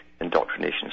indoctrination